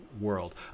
world